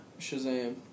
Shazam